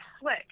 slick